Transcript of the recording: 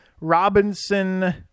Robinson